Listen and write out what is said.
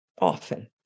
often